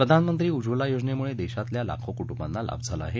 प्रधानमंत्री उज्वला योजनेमुळे देशातल्या लाखो कुटुंबांना लाभ झाला आहे